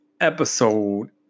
episode